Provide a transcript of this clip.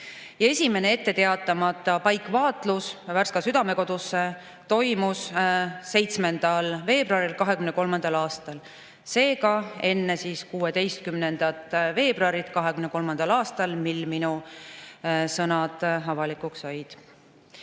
Esimene etteteatamata paikvaatlus Värska Südamekodus toimus 7. veebruaril 2023. aastal, seega enne 16. veebruari 2023, mil minu sõnad avalikuks said.